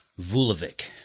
Vulovic